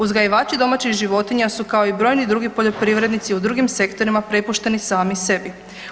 Uzgajivači domaćih životinja su kao i brojni drugi poljoprivrednici u drugim sektorima prepušteni sami sebi.